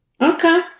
Okay